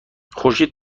خورشید